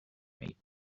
meet